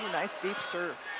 nice deep serve.